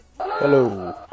Hello